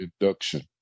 induction